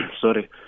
sorry